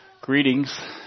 Greetings